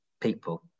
people